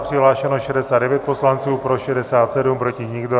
Přihlášeno je 69 poslanců, pro 67, proti nikdo.